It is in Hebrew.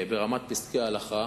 ברמת פסקי הלכה,